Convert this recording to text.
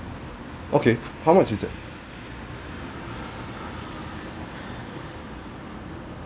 okay how much is that